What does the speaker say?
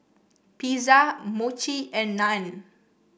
Pizza Mochi and Naan